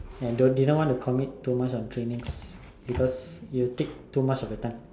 and don't didn't want to commit too much on trainings because it will take too much of your time